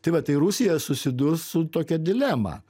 tai va tai rusija susidurs su tokia dilema